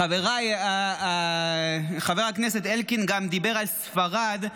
חבריי, חבר הכנסת אלקין גם דיבר על ספרד,